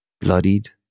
bloodied